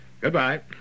Goodbye